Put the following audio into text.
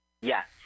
Yes